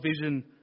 vision